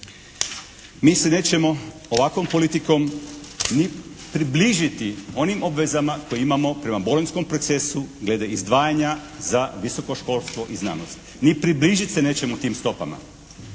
Mi se nećemo ovakvom politikom ni približiti onim obvezama koje imamo prema Bolonjskom procesu glede izdvajanja za visoko školstvo i znanost, ni približit se nećemo tim stopama.